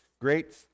great